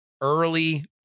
early